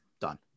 Done